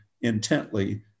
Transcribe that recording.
intently